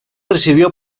recibió